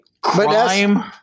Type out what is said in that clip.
crime